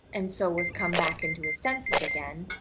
and so was come back into his senses again,